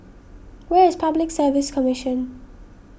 where is Public Service Commission